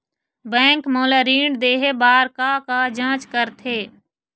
Bank मोला ऋण देहे बार का का जांच करथे?